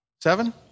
Seven